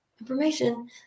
information